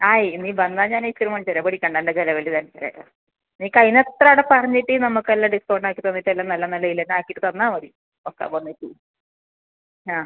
ആ നീ വന്നാൽ ഞാൻ ഐസ് ക്രീം വാങ്ങിച്ച് തരാം പേടിക്കേണ്ട എൻ്റെ ചിലവിൽ വാങ്ങിച്ച് തരാം നീ കഴിയുന്ന അത്ര അവിടെ പറഞ്ഞിട്ട് നമ്മൾക്ക് നല്ല ഡിസ്കൗണ്ട് ആക്കി തന്നിട്ട് എല്ലാം നല്ല നല്ലയിൽ എല്ലാം ആക്കിയിട്ട് തന്നാൽ മതി ഒക്കെ വന്നിട്ട് ആ